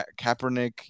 Kaepernick